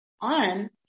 on